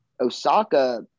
Osaka